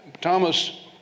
Thomas